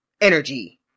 energy